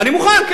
אני מוכן.